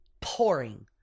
pouring